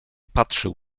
patrzył